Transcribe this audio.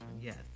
Yes